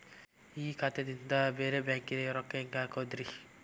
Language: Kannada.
ಇಲ್ಲಿ ಖಾತಾದಿಂದ ಬೇರೆ ಬ್ಯಾಂಕಿಗೆ ರೊಕ್ಕ ಹೆಂಗ್ ಹಾಕೋದ್ರಿ?